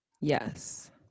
Yes